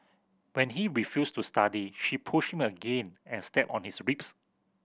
when he refused to study she pushed him again and stepped on his ribs